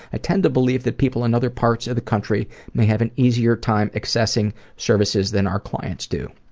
i tend to believe that people in other parts of the country may have an easier time accessing services than our clients do.